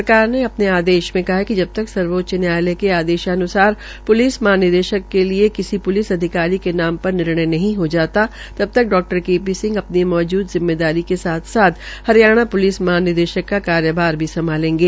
सरकार ने अपने आदेश में कहा है जब तक सर्वोच्च न्यायालय के आदेशान्सार प्लिस महानिदेशक के लिए किसी पुलिस अधिकारी के नाम पर निर्णय नहीं हो जाता तब तक डॉक्टर के पी सिंह अपनी मौजूद जिम्मेदारी के साथ साथ हरियाणा प्लिस महानिदेशक का कार्यभार भी संभालेंगे